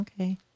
Okay